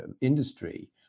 industry